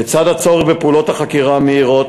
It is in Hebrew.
בצד הצורך בפעולות החקירה המהירות,